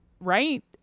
right